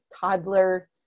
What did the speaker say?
toddler